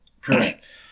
Correct